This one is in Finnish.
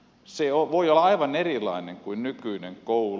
se voi olla aivan erilainen kuin nykyinen koulu